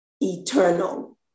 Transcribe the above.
eternal